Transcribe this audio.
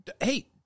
hey